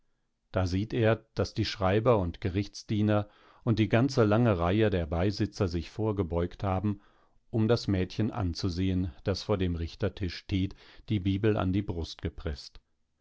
da sieht er daß die schreiber und die gerichtsdiener und die ganze lange reihe der beisitzer sich vorgebeugt haben um das mädchen anzusehen das vor dem richtertisch steht die bibel an die brust gepreßt